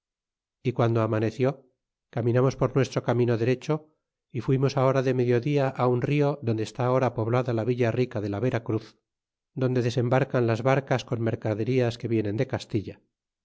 y piando amaneció caminamos por nuestro camino derecho y fuimos ú hora de mediodia un rio adonde está ahora poblada la villa rica de la vera cruz donde desembarcan las barcas con mercaderías que vienen de castilla